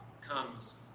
comes